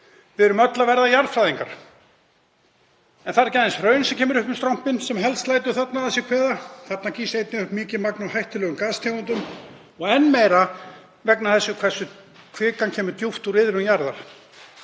Við erum öll að verða jarðfræðingar. En það er ekki aðeins hraun sem kemur upp um strompinn sem helst lætur að sér kveða, þarna gýs einnig upp mikið magn af hættulegum gastegundum og enn meira vegna þess hve kvikan kemur djúpt úr iðrum jarðar.